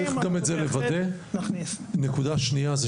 נקודה שנייה.